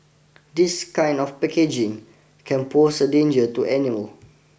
this kind of packaging can pose a danger to animal